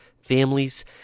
families